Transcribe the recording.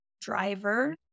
driver